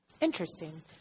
Interesting